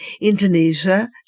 Indonesia